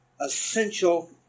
essential